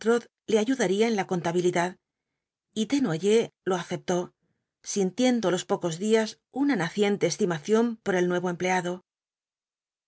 le ayudaría en la contabilidad y desnoyers lo aceptó sintiendo á los pocos días una naciente estimación por el nuevo empleado